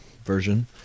version